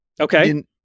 Okay